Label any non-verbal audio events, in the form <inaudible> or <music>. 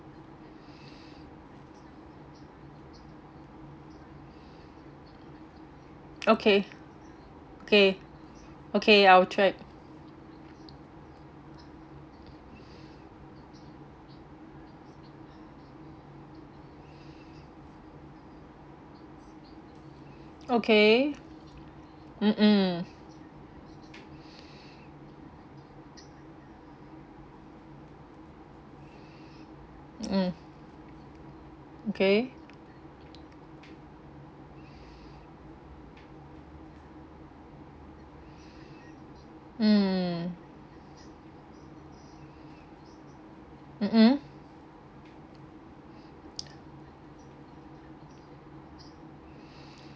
okay okay okay I will try okay mm mm mm okay mm mmhmm <breath>